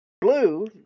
Blue